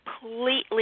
completely